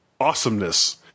awesomeness